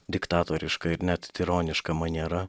diktatoriška ir net tironiška maniera